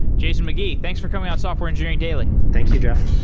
jason mcgee, thanks for coming on software engineering daily thank you, jeff.